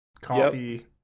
coffee